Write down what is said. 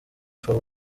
for